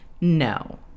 no